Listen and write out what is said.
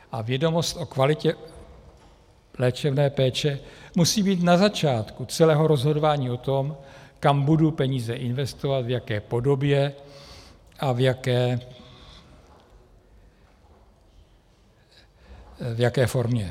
A vědomost o kvalitě léčebné péče musí být na začátku celého rozhodování o tom, kam budu peníze investovat, v jaké podobě a v jaké formě.